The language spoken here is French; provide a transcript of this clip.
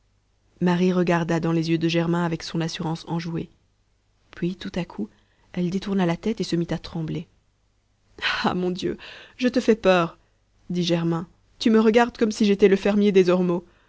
marie regarda dans les yeux de germain avec son assurance enjouée puis tout à coup elle détourna la tête et se mit à trembler ah mon dieu je te fais peur dit germain tu me regardes comme si j'étais le fermier des ormeaux